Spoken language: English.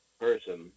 person